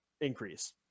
increase